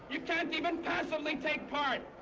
you can't even passively take part,